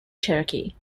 cherokee